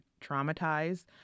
traumatized